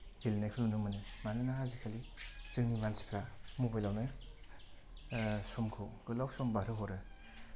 गेलेनायखौ नुनो मोनो मानोना आजिखालि जोंनि मानसिफ्रा मबाइलावनो समखौ गोलाव सम बारहोहरो